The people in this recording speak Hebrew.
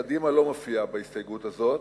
קדימה לא מופיעה בהסתייגות הזאת,